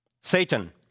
Satan